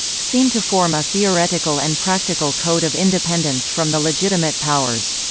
seem to form a theoretical and practical code of independence from the legitimate powers.